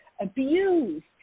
abused